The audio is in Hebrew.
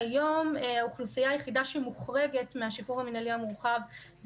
כיום האוכלוסייה היחידה שמוחרגת מהשחרור המינהלי המורחב זאת